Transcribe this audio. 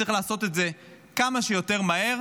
שצריך לעשות את זה כמה שיותר מהר,